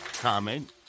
comment